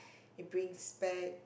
it brings back